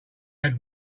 had